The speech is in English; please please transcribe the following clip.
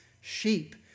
sheep